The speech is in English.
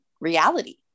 reality